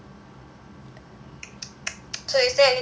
so is there anything else you want to know about T_L_S